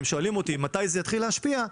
אם שואלים אותי מתי זה יתחיל להשפיע,